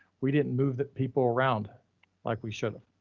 we didn't move that people around like we sort of